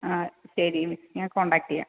ആ ശരി ഞാൻ കോൺടാക്ട് ചെയ്യാം